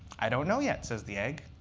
i don't know yet, says the egg.